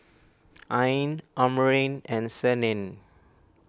Ain Amrin and Senin